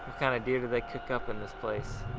kind of deer did they cook up in this place.